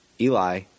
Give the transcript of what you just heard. Eli